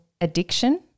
addiction